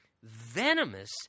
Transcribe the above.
venomous